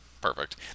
Perfect